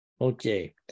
Okay